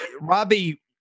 Robbie